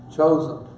Chosen